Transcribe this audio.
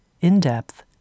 in-depth